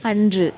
அன்று